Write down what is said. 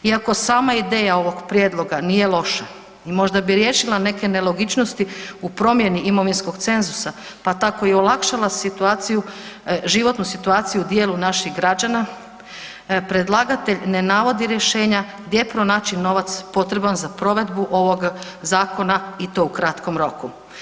Iako sama ideja ovog prijedloga nije loša i možda bi riješila neke nelogičnosti u promjeni imovinskog cenzusa, pa tako i olakšala situaciju, životnu situaciju dijelu naših građana predlagatelj ne navodi rješenja gdje pronaći novac potreban za provedbu ovog zakona i to u kratkom roku.